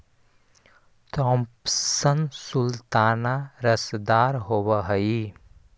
Thompson sultana रसदार होब हई